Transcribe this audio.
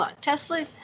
Tesla